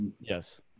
yes